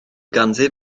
ganddi